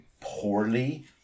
poorly